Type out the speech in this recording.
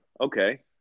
okay